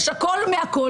יש הכול מהכול.